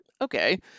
okay